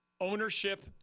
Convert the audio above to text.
ownership